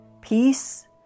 peace